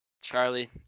Charlie